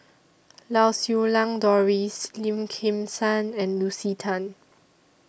Lau Siew Lang Doris Lim Kim San and Lucy Tan